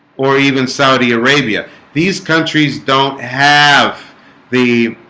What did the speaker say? or even saudi arabia these countries don't have the